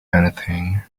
anything